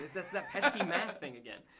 it's that pesky math thing again.